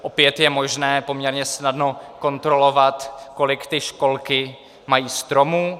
Opět je možné poměrně snadno kontrolovat, kolik ty školky mají stromů.